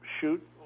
shoot